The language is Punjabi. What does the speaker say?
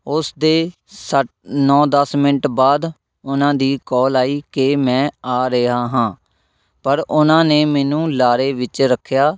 ਉਸਦੇ ਸੱ ਨੌ ਦਸ ਮਿੰਟ ਬਾਅਦ ਉਹਨਾਂ ਦੀ ਕੌਲ ਆਈ ਕਿ ਮੈਂ ਆ ਰਿਹਾ ਹਾਂ ਪਰ ਉਹਨਾਂ ਨੇ ਮੈਨੂੰ ਲਾਰੇ ਵਿੱਚ ਰੱਖਿਆ